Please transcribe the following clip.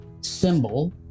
symbol